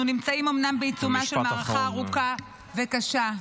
אנחנו נמצאים אומנם בעיצומה של מערכה ארוכה וקשה,